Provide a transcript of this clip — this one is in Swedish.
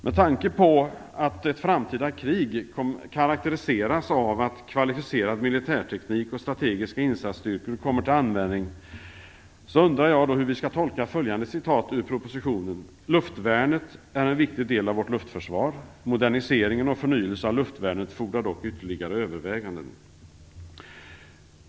Med tanke på att ett framtida krig karakteriseras av att kvalificerad militärteknik och strategiska insatsstyrkor kommer till användning undrar jag hur vi skall tolka följande citat ur propositionen: "Luftvärnet är en viktig del av vårt luftförsvar. Modernisering och förnyelse av luftvärnet fordrar dock ytterligare överväganden."